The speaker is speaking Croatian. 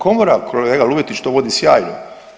Komora, kolega Luetić to vodi sjajno.